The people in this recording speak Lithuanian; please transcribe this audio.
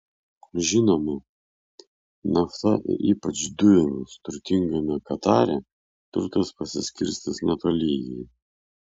žinoma nafta ir ypač dujomis turtingame katare turtas pasiskirstęs netolygiai